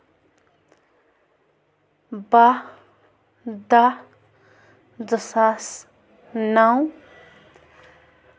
باہ دَہ زٕ ساس نو